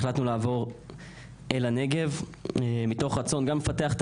החלטנו לעבור אל הנגב מתוך רצון גם לפתח את